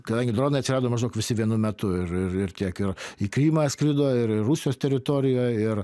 kadangi atsirado maždaug visi vienu metu ir tiek ir į krymą atskrido ir rusijos teritorijoj ir